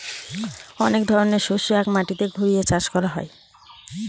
অনেক ধরনের শস্য এক মাটিতে ঘুরিয়ে চাষ করা হয়